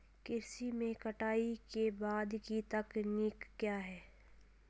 कृषि में कटाई के बाद की तकनीक क्या है?